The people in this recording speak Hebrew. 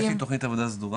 יש לי תוכנית עבודה סדורה